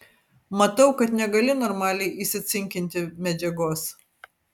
matau kad negali normaliai įsicinkinti medžiagos